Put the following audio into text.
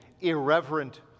irreverent